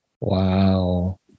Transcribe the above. Wow